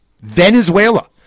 Venezuela